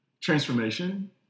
transformation